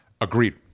Agreed